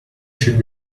should